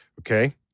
Okay